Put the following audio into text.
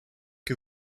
que